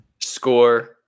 score